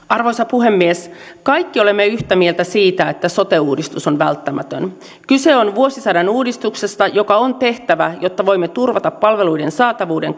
arvoisa puhemies kaikki olemme yhtä mieltä siitä että sote uudistus on välttämätön kyse on vuosisadan uudistuksesta joka on tehtävä jotta voimme turvata palveluiden saatavuuden